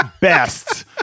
best